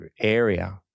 area